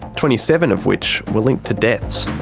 twenty seven of which were linked to deaths.